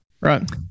right